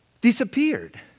disappeared